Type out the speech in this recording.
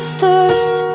thirst